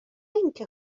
اینکه